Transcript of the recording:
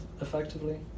effectively